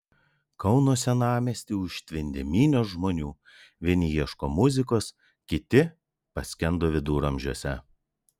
kauno senamiestį užtvindė minios žmonių vieni ieško muzikos kiti paskendo viduramžiuose